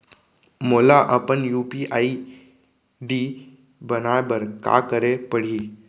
मोला अपन UPI ID बनाए बर का करे पड़ही?